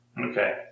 Okay